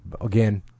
Again